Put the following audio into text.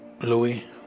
Louis